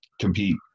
compete